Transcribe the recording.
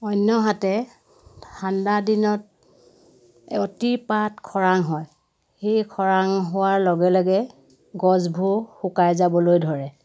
অন্যহাতে ঠাণ্ডাদিনত অতিপাত খৰাং হয় সেই খৰাং হোৱাৰ লগে লগে গছবোৰ শুকাই যাবলৈ ধৰে